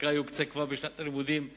חלקה יוקצה כבר בשנת הלימודים תשע"א,